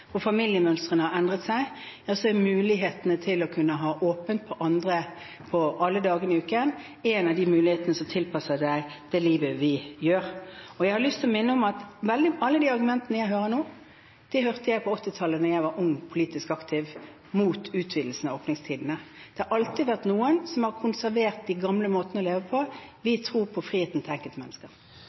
har endret seg, er det å kunne ha åpent alle dager i uken en av de mulighetene som er tilpasset det livet vi lever. Jeg har lyst til å minne om at alle de argumentene jeg hører nå, hørte jeg på 1980-tallet, da jeg var ung og politisk aktiv, mot utvidelsen av åpningstidene. Det har alltid vært noen som har konservert de gamle måtene å leve på. Vi tror på friheten til enkeltmennesker.